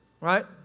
right